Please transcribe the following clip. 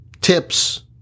tips